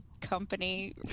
company